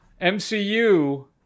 MCU